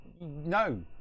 no